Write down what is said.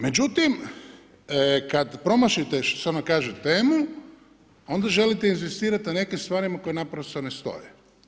Međutim, kad promašite, što se ono kaže temu, onda želite inzistirati na nekim stvarima koje naprosto ne stoje.